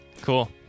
Cool